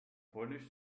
polnisch